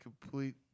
complete